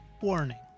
warning